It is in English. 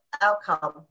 outcome